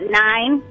nine